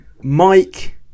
Mike